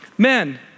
Men